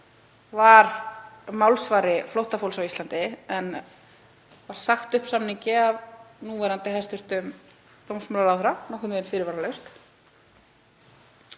síðan málsvari flóttafólks á Íslandi en var sagt upp samningi af núverandi hæstv. dómsmálaráðherra, nokkurn veginn fyrirvaralaust.